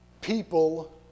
people